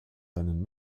seinen